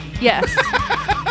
yes